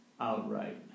outright